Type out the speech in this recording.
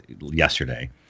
yesterday